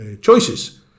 choices